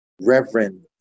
Reverend